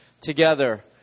together